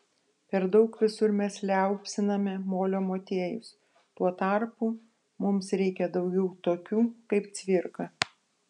per daug visur mes liaupsiname molio motiejus tuo tarpu mums reikia daugiau tokių kaip cvirka